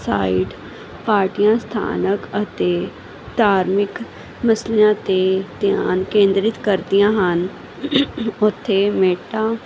side ਪਾਰਟੀਆਂ ਸਥਾਨਕ ਅਤੇ ਧਾਰਮਿਕ ਮਸਲਿਆਂ 'ਤੇ ਧਿਆਨ ਕੇਂਦਰਿਤ ਕਰਦੀਆਂ ਹਨ ਉੱਥੇ